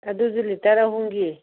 ꯑꯗꯨꯁꯨ ꯂꯤꯇꯔ ꯑꯍꯨꯝꯒꯤ